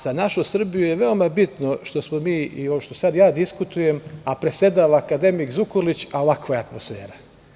Za našu Srbiju je veoma bitno što smo mi i ovo što sada ja diskutujem, a predsedava akademik Zukorlić, a ovakva je atmosfera.